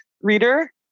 reader